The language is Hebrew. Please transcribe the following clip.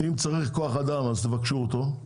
אם צריך כוח אדם אז תבקשו אותו,